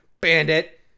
Bandit